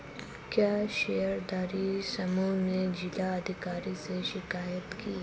क्या शेयरधारी समूह ने जिला अधिकारी से शिकायत की?